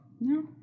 No